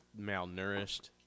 malnourished